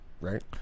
right